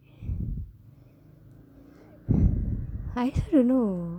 I also don't know